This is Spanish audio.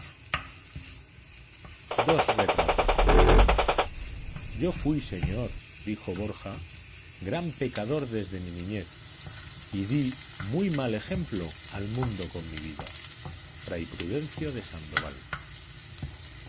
yo fui señor gran pecador desde mi niñez y di muy mal ejemplo al mundo con mi vida y si